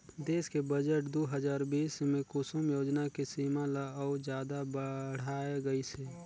देस के बजट दू हजार बीस मे कुसुम योजना के सीमा ल अउ जादा बढाए गइसे